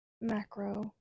macro